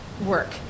work